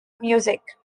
music